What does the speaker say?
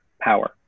power